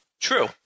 True